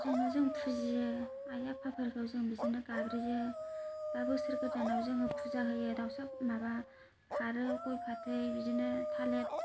बेजोंनो जों फुजियो आइ आफाफोरखौ जों बेजोंनो गाबज्रियो दा बोसोर गोदानाव जोङो फुजा होयो दावसा माबा फारौ गय फाथै बिदिनो थालेर